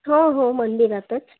हो हो मंदिरातच